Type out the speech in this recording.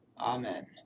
Amen